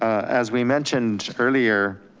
as we mentioned earlier,